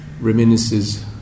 reminisces